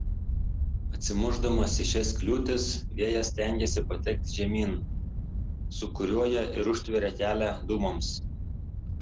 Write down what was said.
atsimušdamas į šias kliūtis vėjas stengiasi patekti žemyn sūkuriuoja ir užtveria kelią dūmams